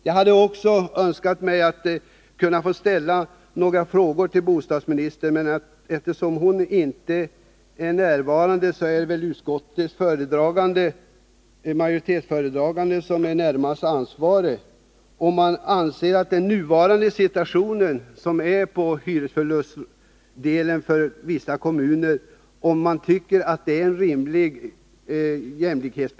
Jag hade också önskat fråga bostadsministern — eftersom hon inte är närvarande, är det väl utskottsmajoritetens talesman som närmast kan svara — om man anser att den nuvarande situationen med hyresförluster i vissa kommuner innebär en rimlig belastning på jämlikheten.